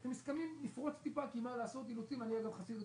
אתה אמרת שלא תפריע, אני הקשבתי לדבריך.